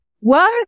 work